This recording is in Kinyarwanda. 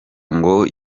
ngo